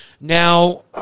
Now